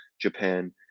Japan